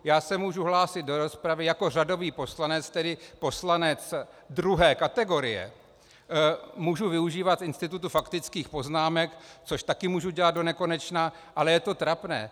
Já se můžu hlásit do rozpravy jako řadový poslanec, tedy poslanec druhé kategorie, můžu využívat institutu faktických poznámek, což taky můžu dělat donekonečna, ale je to trapné.